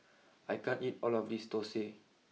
I can't eat all of this Thosai